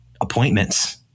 appointments